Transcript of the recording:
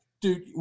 Dude